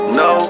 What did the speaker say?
no